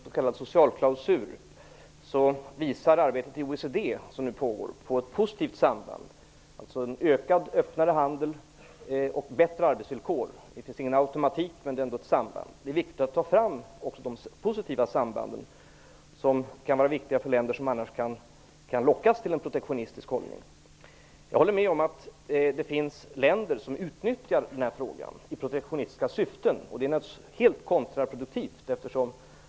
Fru talman! När det gäller arbetsvillkoren och s.k. socialklausul visar det arbete som nu pågår inom OECD på ett positivt samband, alltså en ökad, öppnare handel och bättre arbetsvillkor. Det finns ingen automatik, men det är ändå ett samband. Det är viktigt att ta fram också de positiva sambanden, inte minst för länder som annars kan lockas till en protektionistisk hållning. Jag håller med om att det finns länder som utnyttjar den här frågan i protektionistiska syften, vilket naturligtvis är helt kontraproduktivt.